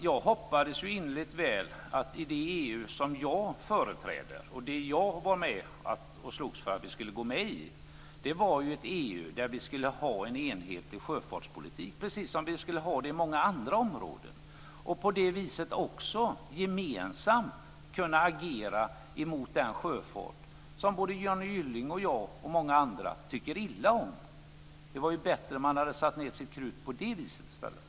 Jag hoppades innerligt att det EU som jag företräder och som jag var med och slogs för att vi skulle gå med i var ett EU där det skulle vara en enhetlig sjöfartspolitik, precis som det skulle vara på många andra områden. På det viset skulle man också gemensamt kunna agera mot den sjöfart som både Johnny Gylling och jag och många andra tycker illa om. Det hade ju varit bättre om man hade lagt ned krut på det i stället.